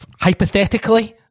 hypothetically